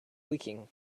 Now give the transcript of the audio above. leaking